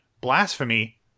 blasphemy